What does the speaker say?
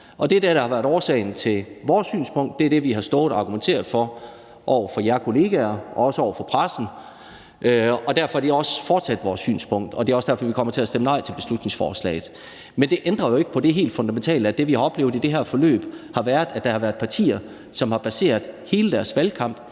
Det er det, der har været årsagen til vores synspunkt. Det er det, vi har stået og argumenteret for over for jer kollegaer og også over for pressen, og derfor er det også fortsat vores synspunkt. Det er også derfor, vi kommer til at stemme nej til beslutningsforslaget. Men det ændrer jo ikke på det helt fundamentale i, at det, vi har oplevet i det her forløb, har været, at der har været partier, som har baseret hele deres valgkamp,